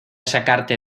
sacarte